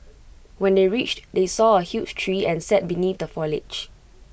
when they reached they saw A huge tree and sat beneath the foliage